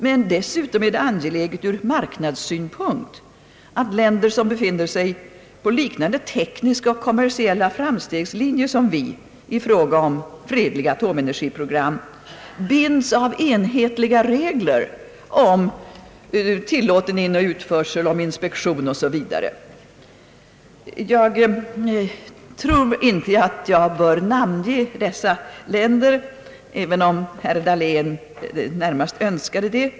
Men dessutom är det angeläget från marknadssynpunkt att länder, som befinner sig på samma tekniska och kommersiella framstegslinje som vi i fråga om fredliga atomenergiprogram, binds av enhetliga regler om tillåten inoch utförsel, om inspektion osv. Jag tror inte att jag bör namnge dessa länder, även om herr Dahlén närmast önskade det.